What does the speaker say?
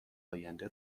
آینده